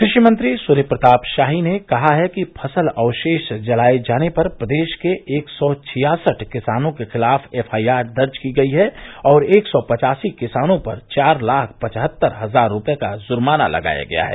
कृषि मंत्री सूर्य प्रताप शाही ने कहा कि फसल अवशेष जलाये जाने पर प्रदेश के एक सौ छियासठ किसानों के खिलाफ एफआईआर दर्ज की गई है और एक सौ पचासी किसानों पर चार लाख पचहत्तर हजार रूपये का जुर्माना लगाया गया है